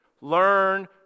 learn